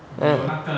mm